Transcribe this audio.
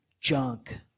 junk